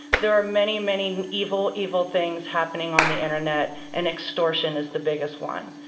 there are many many evil evil things happening on the internet, and extortion is the biggest one.